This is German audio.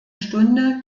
stunde